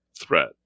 Threat